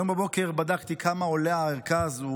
היום בבוקר בדקתי כמה עולה הערכה הזו